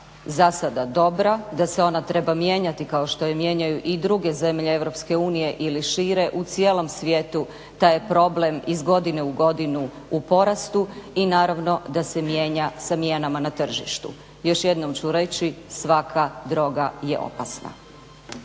za sada dobra, da se ona treba mijenjati kao što je mijenjaju i druge zemlje EU ili šire. U cijelom svijetu taj je problem iz godine u godinu u porastu i naravno da se mijenja sa mijenama na tržištu. Još jednom ću reći svaka droga je opasna.